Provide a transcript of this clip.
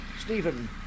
Stephen